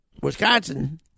Wisconsin